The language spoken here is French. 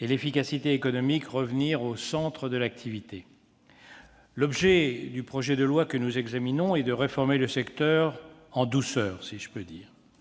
et l'efficacité économique revenir au centre de l'activité. L'objet du projet de loi que nous examinons est de réformer le secteur en douceur, si je puis dire.